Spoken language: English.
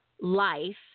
life